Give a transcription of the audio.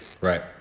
right